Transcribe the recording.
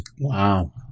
Wow